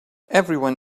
everyone